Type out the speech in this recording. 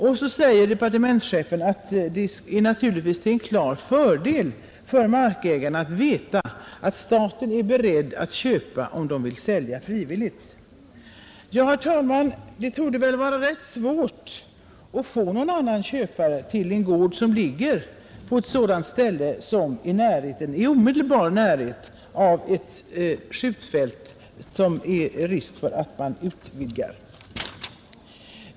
Vidare säger departementschefen, att det naturligtvis är en klar fördel för markägarna att veta att staten är beredd att köpa om de vill sälja frivilligt. Ja, herr talman, det torde väl bli rätt svårt att få någon annan köpare till en gård som ligger i omedelbar närhet till ett skjutfält beträffande vilket det finns risk att det skall utvidgas.